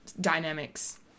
dynamics